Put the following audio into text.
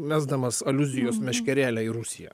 mesdamas aliuzijos meškerėlę į rusiją